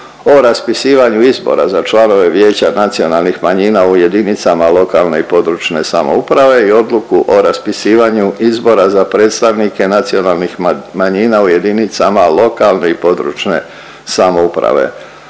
o raspisivanju izbora za članove vijeća nacionalnih manjina u jedinice lokalne i područne samouprave i odluku o raspisivanju izbora za predstavnike nacionalnih manjina u jedinicama lokalne i područne samouprave.